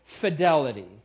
fidelity